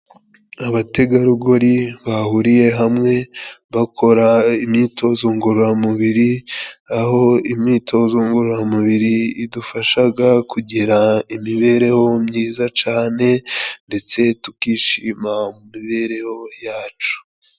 Abategarugori bahuriye hamwe bakora imyitozo ngororamubiri, aho imyitozo ngororamubiri idufashaga kugira imibereho myiza cane, ndetse tukishima mu mibereho yacu.